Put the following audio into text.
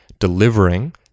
delivering